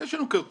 יש לנו כרטיס,